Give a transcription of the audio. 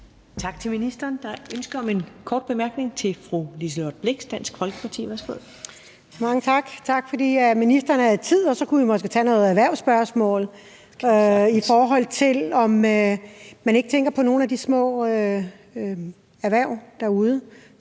Tak til ministeren. Der er ønske om en kort bemærkning fra fru Liselott Blixt, Dansk Folkeparti. Værsgo. Kl. 21:40 Liselott Blixt (DF): Mange tak. Tak fordi ministeren havde tid, og så kunne vi måske tage nogle erhvervsspørgsmål, i forhold til om man ikke tænker på nogle af de små erhverv derude,